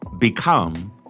become